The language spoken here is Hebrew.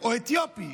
או אתיופי